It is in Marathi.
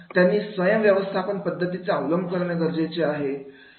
त्यांनी स्वयं व्यवस्थापन पद्धतीचा अवलंब करणे गरजेचे आहे